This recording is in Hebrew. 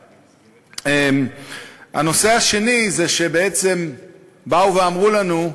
2. בעצם באו ואמרו לנו,